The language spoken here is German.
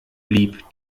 blieb